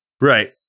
Right